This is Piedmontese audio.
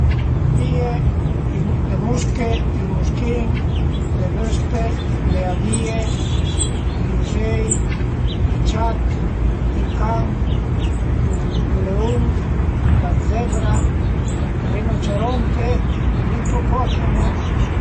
Le fürmìe, le musche, i muschin, le vëspe, le avìe, i üzei, i ciat, i can, ël leun, la zebra, ël rinoceronte, l'ippopotamo